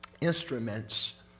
instruments